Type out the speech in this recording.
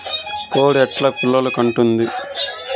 కోడి ఎట్లా పిల్లలు కంటుంది?